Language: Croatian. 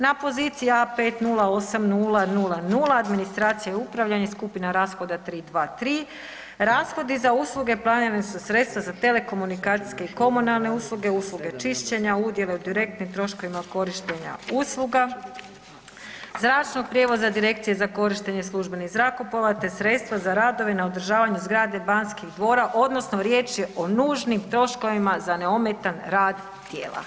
Na poziciji A508000 administracija i upravljanje, skupina rashoda 323 rashodi za usluge planirana su sredstva za telekomunikacijske i komunalne usluge, usluge čišćenja, udjele u direktnim troškovima korištenja usluga, zračnog prijevoza, direkcije za korištenje službenih zrakoplova te sredstva za radove na održavanju zgrade Banskih dvora odnosno riječ je o nužnim troškovima za neometan rad tijela.